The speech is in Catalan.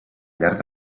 llarg